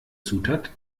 zutat